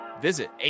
visit